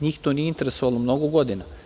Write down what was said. NJih to nije interesovalo mnogo godina.